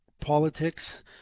politics